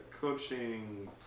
coaching